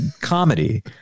comedy